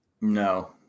No